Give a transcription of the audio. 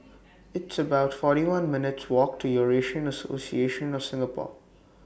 It's about forty one minutes' Walk to Eurasian Association of Singapore